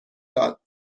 داد